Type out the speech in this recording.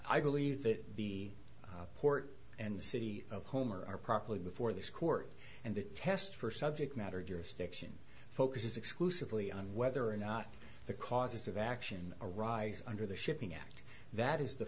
i believe that the port and the city of homer are properly before this court and the test for subject matter jurisdiction focuses exclusively on whether or not the causes of action arise under the shipping act that is the